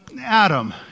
Adam